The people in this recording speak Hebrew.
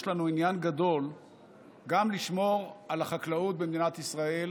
יש לנו עניין גדול גם לשמור על החקלאות במדינת ישראל